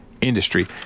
industry